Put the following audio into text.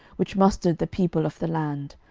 which mustered the people of the land,